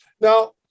Now